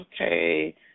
okay